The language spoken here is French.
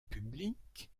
publique